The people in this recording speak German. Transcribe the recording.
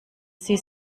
sie